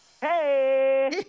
Hey